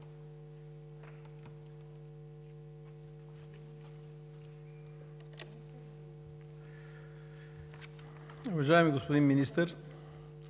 Благодаря Ви, господин Министър.